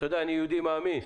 אתה יודע, אני יהודי מאמין.